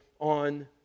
on